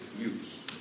use